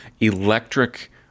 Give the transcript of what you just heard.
electric